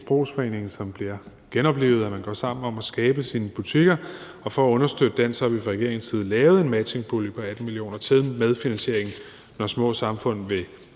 som bliver genoplivet, altså at man går sammen om at skabe sine butikker, og for at understøtte den har vi fra regeringens side lavet en matchingpulje på 18 mio. kr. til medfinansiering, når små samfund vil